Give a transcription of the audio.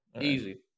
Easy